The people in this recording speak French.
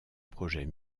projet